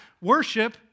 Worship